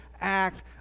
act